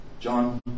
John